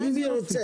אם הוא ירצה.